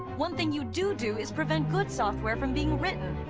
one thing you do do is prevent good software from being written.